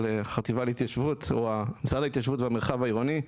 על החטיבה להתיישבות או משרד ההתיישבות והמרחב העירוני.